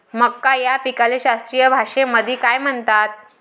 मका या पिकाले शास्त्रीय भाषेमंदी काय म्हणतात?